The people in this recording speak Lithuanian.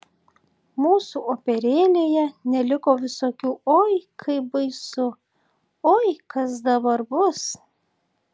mūsų operėlėje neliko visokių oi kaip baisu oi kas dabar bus